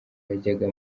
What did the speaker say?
yajyaga